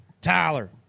Tyler